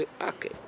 Okay